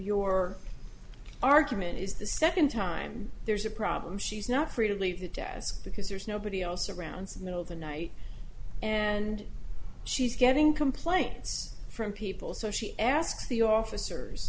your argument is the second time there's a problem she's not free to leave the desk because there's nobody else around middle of the night and she's getting complaints from people so she asks the officers